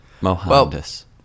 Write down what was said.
Mohandas